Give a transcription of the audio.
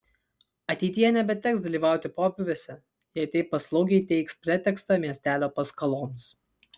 ateityje nebeteks dalyvauti pobūviuose jei taip paslaugiai teiks pretekstą miestelio paskaloms